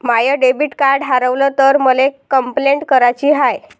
माय debit card हारवल तर मले कंपलेंट कराची हाय